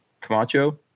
Camacho